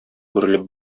үрелеп